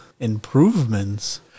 improvements